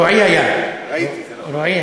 הייתה הצבעה פה-אחד, ביקשתי רוויזיה וחזרתי בי.